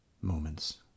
moments